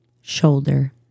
shoulder